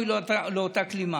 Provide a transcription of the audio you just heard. אוי לאותה כלימה.